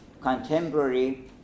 contemporary